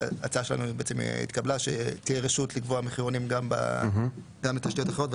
וההצעה שלנו שתהיה רשות לקבוע מחירונים גם בתשתיות אחרות התקבלה.